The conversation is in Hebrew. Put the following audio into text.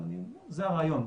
אבל זה הרעיון,